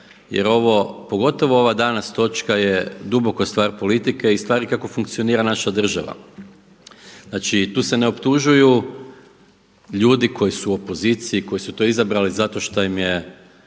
jer ovo pogotovo ova danas točka je duboko stvar politike i stvari kako funkcionira naša država. Znači tu se ne optužuju ljudi koji su u opoziciji koji su to izabrali zato što im je